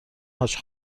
حاج